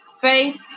faith